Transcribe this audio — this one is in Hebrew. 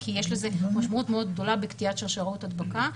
כי יש לזה משמעות גדולה מאוד בקטיעת שרשראות ההדבקה.